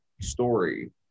story